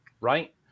right